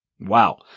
Wow